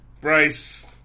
Bryce